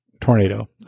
tornado